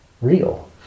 real